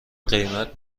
قیمت